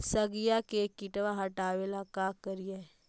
सगिया से किटवा हाटाबेला का कारिये?